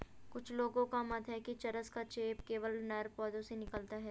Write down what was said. कुछ लोगों का मत है कि चरस का चेप केवल नर पौधों से निकलता है